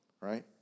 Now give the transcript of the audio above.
Right